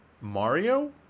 Mario